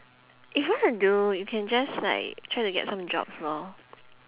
if you want to do you can just like try to get some jobs lor